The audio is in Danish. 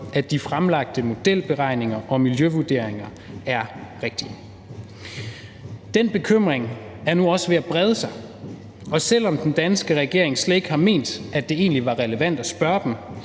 at de fremlagte modelberegninger og miljøvurderinger er rigtige. Den bekymring er nu også ved at brede sig, og selv om den danske regering slet ikke har ment, at det egentlig var relevant at spørge dem,